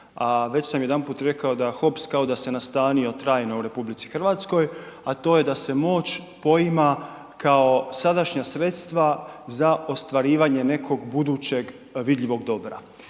već sam jedanput rekao da Hops kao da se nastanio trajno u RH, a to je da se moć poima kao sadašnja sredstva za ostvarivanje nekog budućeg vidljivog dobra.